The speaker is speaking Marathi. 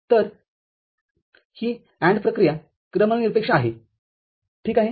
तर ही AND प्रक्रिया क्रमनिरपेक्ष आहे ठीक आहे